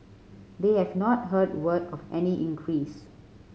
they have not heard word of any increase